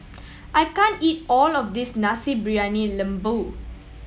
I can't eat all of this Nasi Briyani Lembu